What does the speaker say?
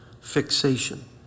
fixation